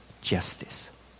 justice